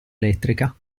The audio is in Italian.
elettrica